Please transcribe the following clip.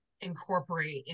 incorporate